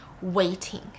waiting